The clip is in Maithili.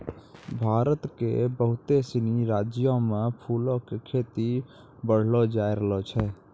भारत के बहुते सिनी राज्यो मे फूलो के खेती बढ़लो जाय रहलो छै